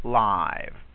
live